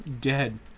Dead